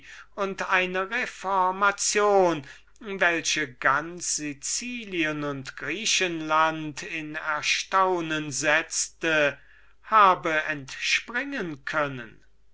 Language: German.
und eine reformation welche ganz sicilien und griechenland in erstaunen setzte habe entspringen können